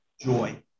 joy